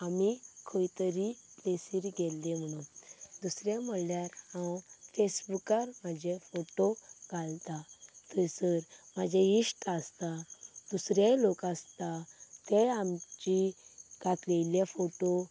आमी खंय तरी प्लेसिर गेल्ली म्हणून दुसरें म्हणल्यार हांव फेसबुकार म्हाजे फोटो घालतां थंयसर म्हाजे इश्ट आसता दुसरेंय लोक आसता तें आमची घातिल्ले फोटो